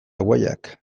guayak